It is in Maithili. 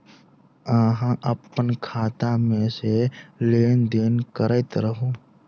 अहाँ अप्पन खाता मे सँ लेन देन करैत रहू?